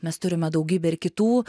mes turime daugybę ir kitų